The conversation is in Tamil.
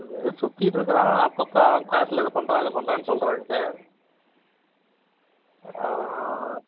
இங்கே ஏதோ சுத்திட்ருக்கிறான் அப்பப்போ அவன் க்ளாஸில் இதை பண்ணுறான் அதை பண்ணுறான்னு சொல்கிறாங்க சார் ஆனால்